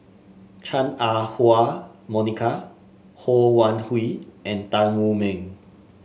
Chua Ah Huwa Monica Ho Wan Hui and Tan Wu Meng